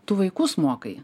tu vaikus mokai